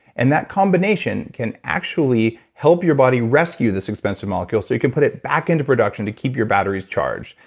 and that combination can actually help your body rescue this expensive molecule so you can put it back into production to keep your batteries charged,